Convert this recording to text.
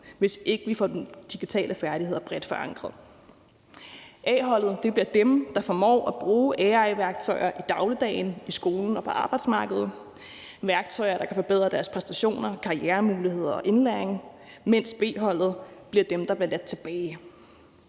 hvis ikke vi får de digitale færdigheder bredt forankret. A-holdet bliver dem, der formår at bruge AI-værktøjer i dagligdagen, i skolen og på arbejdsmarkedet, værktøjer, der kan forbedre deres præstationer, karrieremuligheder og indlæring, mens B-holdet bliver dem, der bliver ladt tilbage.